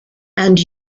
and